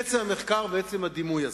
עצם המחקר ועצם הדימוי הזה.